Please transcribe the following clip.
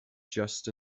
just